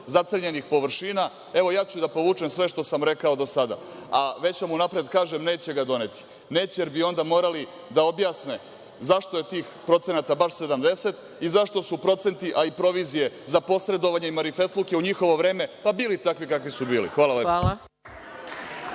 zaceljenih površina. Evo, ja ću da povučem sve što sam rekao do sada, a već vam unapred kažem neće ga doneti. Neće, jer bi onda morali da objasne - zašto je tih procenata bar 70% i zašto su procenti, a i provizije za posredovanje i marifetluke u njihovo vreme, pa bili takvi kakvi su bili. Hvala lepo.